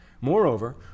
Moreover